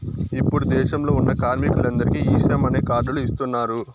ఇప్పుడు దేశంలో ఉన్న కార్మికులందరికీ ఈ శ్రమ్ అనే కార్డ్ లు ఇస్తున్నారు